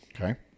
okay